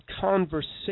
conversation